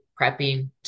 prepping